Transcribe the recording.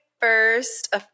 first